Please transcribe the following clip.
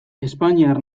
espainiar